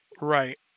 Right